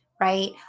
right